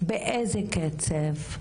באיזה קצב,